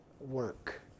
work